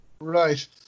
Right